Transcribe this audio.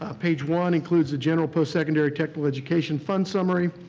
ah page one includes the general post-secondary technical education fund summary.